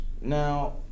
Now